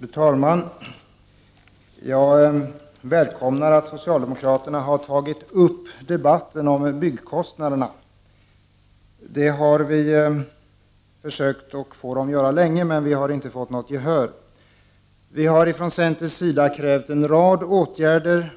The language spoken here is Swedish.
Fru talman! Jag välkomnar att socialdemokraterna har tagit upp debatten om byggkostnaderna. Vi har länge försökt få dem att göra det, men vi har inte fått något gehör. Vi har från centerns sida krävt en rad åtgärder